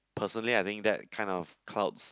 personally I think that kind of clouds